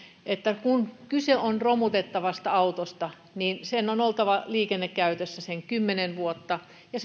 että kun kyse on romutettavasta autosta sen on oltava liikennekäytössä sen kymmenen vuotta ja